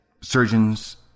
surgeons